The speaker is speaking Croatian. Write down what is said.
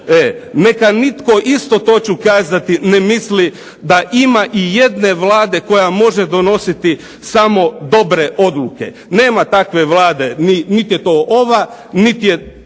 Neka nitko isto to ću kazati ne misli da ima ijedne vlade koja može donositi samo dobre odluke. Nema takve vlade. Niti je to ova niti je